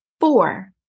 Four